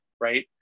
right